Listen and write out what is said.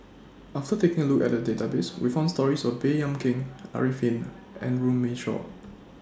after taking A Look At The Database We found stories about Baey Yam Keng Arifin and Runme Shaw